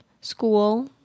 school